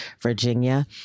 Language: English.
Virginia